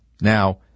Now